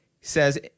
says